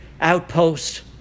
outpost